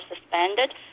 suspended